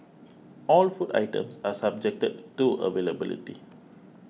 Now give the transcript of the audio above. all the food items are subjected to availability